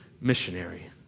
missionary